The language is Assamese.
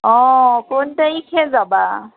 অঁ কোন তাৰিখে যাবা